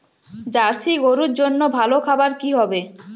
Jersey গরুর জন্য ভালো খাবার কি হবে?